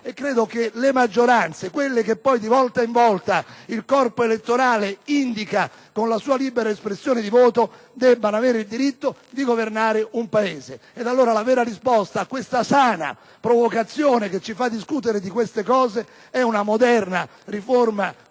Credo che le maggioranze che di volta in volta il corpo elettorale indica con la sua libera espressione di voto debbano avere il diritto di governare un Paese. La vera risposta ad una sana provocazione che ci fa discutere di questi argomenti, dunque, è una moderna riforma